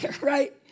right